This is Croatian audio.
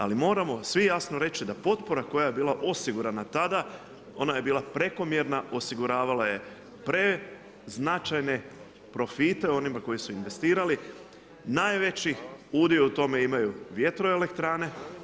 Ali, moramo svi jasno reći, da potpora koja je bila osigurana tada, ona je bila prekomjerna, osiguravala je preznačajna profite onima koji su investirali, najveći udio u tome imaju vjetroelektrane.